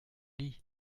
lit